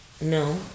No